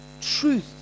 truth